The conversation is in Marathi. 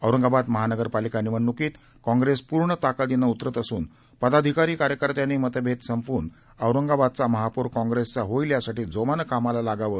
औरंगाबाद महानगरपालिका निवडणुकीत काँग्रेस पक्ष पूर्ण ताकदीनं उतरत असून पदाधिकारी कार्यकर्त्यांनी मतभेद संपवून औरंगाबादचा महापौर काँप्रेसचा होईल यासाठी जोमानं कामाला लागावं